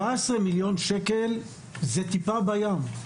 17 מיליון שקל זה טיפה בים.